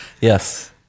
yes